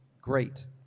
Great